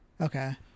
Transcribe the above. Okay